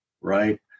right